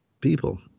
people